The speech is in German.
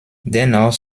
dennoch